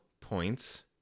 points